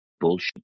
bullshit